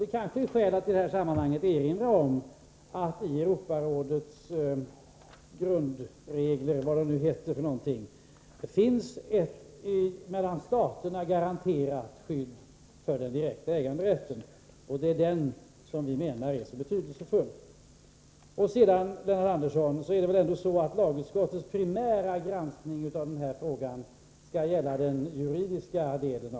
Det kanske finns skäl att i detta sammanhang erinra om att det i Europarådets grundregler finns ett mellan staterna garanterat skydd för den direkta äganderätten, och det är den som vi menar är så betydelsefull. Sedan är det väl ändå så, Lennart Andersson, att lagutskottets primära granskning av den här frågan skall gälla den juridiska delen?